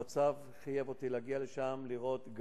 המצב חייב אותי להגיע לשם לראות.